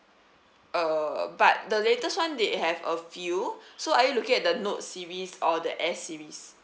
uh but the latest [one] did have a few so are you looking at the notes series or the S series